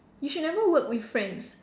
you should never work with friends